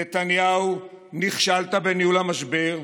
נתניהו, נכשלת בניהול המשבר.